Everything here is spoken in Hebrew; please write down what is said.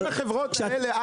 כל החברות האלה,